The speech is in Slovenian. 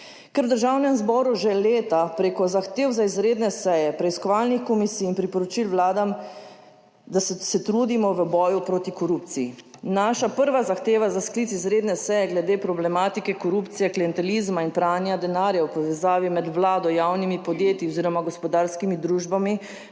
ker v Državnem zboru že leta preko zahtev za izredne seje preiskovalnih komisij in priporočil vladam, da se trudimo v boju proti korupciji. Naša prva zahteva za sklic izredne seje glede problematike korupcije, klientelizma in pranja denarja v povezavi med Vlado, javnimi podjetji oziroma gospodarskimi družbami